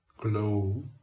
glow